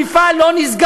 מה זה קשור?